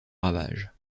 ravages